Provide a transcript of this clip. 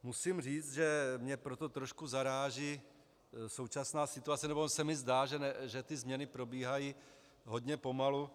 Musím říct, že mě proto trošku zaráží současná situace, nebo se mi zdá, že ty změny probíhají hodně pomalu.